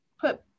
put